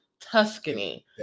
Tuscany